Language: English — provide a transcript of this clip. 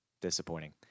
disappointing